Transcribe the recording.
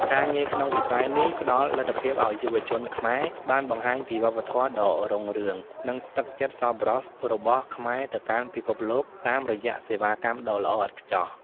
ការងារក្នុងវិស័យនេះផ្តល់លទ្ធភាពឱ្យយុវជនខ្មែរបានបង្ហាញពីវប្បធម៌ដ៏រុងរឿង និងទឹកចិត្តសប្បុរសរបស់ខ្មែរទៅកាន់ពិភពលោកតាមរយៈសេវាកម្មដ៏ល្អឥតខ្ចោះ។